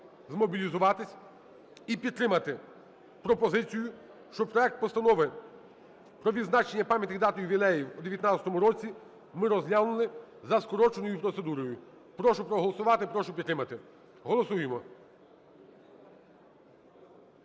змобілізуватися і підтримати пропозицію, щоби проект Постанови про відзначення пам'ятних дат і ювілеїв у 2019 році ми розглянули за скороченою процедурою. Прошу голосувати, прошу підтримати. Голосуємо!